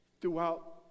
throughout